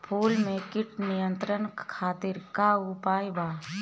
फूल में कीट नियंत्रण खातिर का उपाय बा?